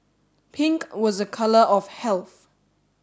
pink was a colour of health